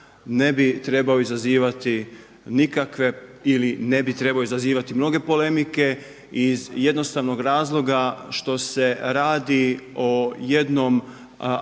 ne bi trebao izazivati nikakve ili ne bi trebao izazivati mnoge polemike iz jednostavnog razloga što se radi o jednom